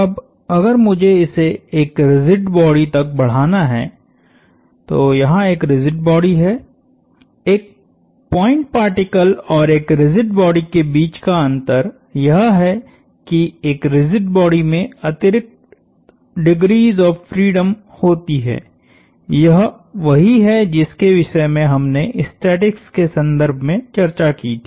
अब अगर मुझे इसे एक रिजिड बॉडी तक बढ़ाना है तो यहाँ एक रिजिड बॉडी है एक पॉइंट पार्टिकल और एक रिजिड बॉडी के बीच का अंतर यह है कि एक रिजिड बॉडी में अतिरिक्त डिग्रीस ऑफ़ फ्रीडम होती है यह वही है जिसके विषय में हमने स्टैटिक्स के संदर्भ में चर्चा की थी